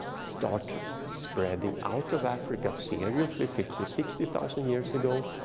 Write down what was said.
start spreading out of africa seriously fifty, sixty thousand years ago.